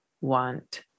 want